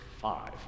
five